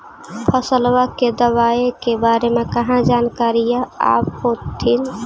फसलबा के दबायें के बारे मे कहा जानकारीया आब होतीन?